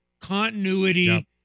continuity